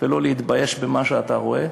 ולא להתבייש במה שאתה רואה,